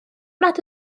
nad